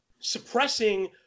Suppressing